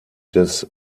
des